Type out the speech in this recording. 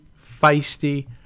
feisty